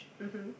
mmhmm